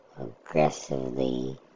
aggressively